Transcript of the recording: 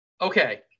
okay